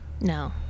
No